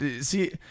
see